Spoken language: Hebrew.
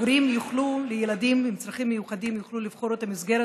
שהורים לילדים עם צרכים מיוחדים יוכלו לבחור את המסגרת.